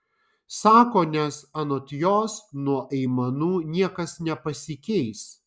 sako nes anot jos nuo aimanų niekas nepasikeis